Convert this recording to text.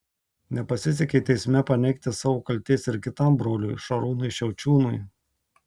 nepasisekė teisme paneigti savo kaltės ir kitam broliui šarūnui šiaučiūnui